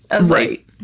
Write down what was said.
Right